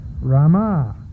Rama